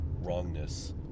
wrongness